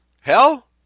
Hell